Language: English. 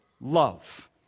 love